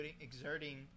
exerting